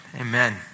Amen